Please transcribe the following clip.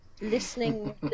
Listening